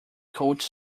coach